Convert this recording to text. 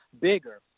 bigger